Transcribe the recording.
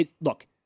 Look